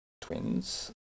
twins